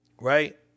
right